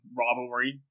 rivalry